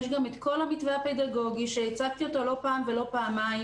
יש גם את כל המתווה הפדגוגי שהצגתי אותו לא פעם ולא פעמיים,